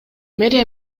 мэрия